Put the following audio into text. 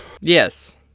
Yes